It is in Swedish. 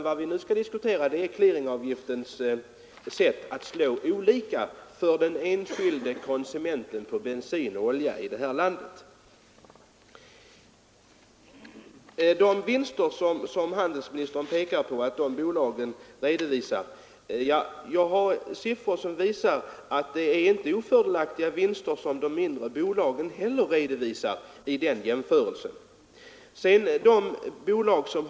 Vad vi nu skall diskutera är de olika utslag som clearingavgiften kan ge för den enskilde konsumenten av bensin och olja i vårt land. Med anledning av att handelsministern pekar på de vinster som de större oljebolagen haft vill jag hänvisa till att det finns siffror som tyder på att inte heller de mindre bolagen redovisar några i jämförelse härmed ofördelaktiga vinster.